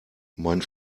mein